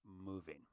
moving